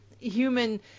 human